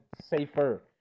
safer